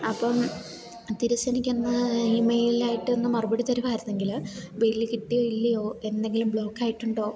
അപ്പം തിരിച്ചെനിക്കന്ന് ഈമെയിലിലായിട്ട് ഒന്ന് മറുപടി തരുമായിരുന്നെങ്കിൽ ബില്ല് കിട്ടിയോ ഇല്ലയോ എന്തെങ്കിലും ബ്ലോക്കായിട്ടുണ്ടോ